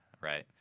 right